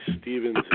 Stevens